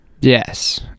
yes